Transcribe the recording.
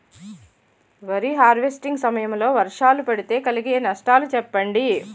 వరి హార్వెస్టింగ్ సమయం లో వర్షాలు పడితే కలిగే నష్టాలు చెప్పండి?